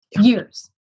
Years